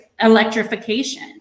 electrification